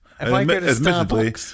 Admittedly